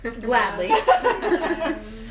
gladly